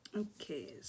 Okay